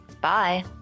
Bye